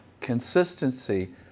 Consistency